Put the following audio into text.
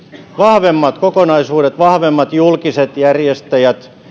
vahvemmat kokonaisuudet vahvemmat julkiset järjestäjät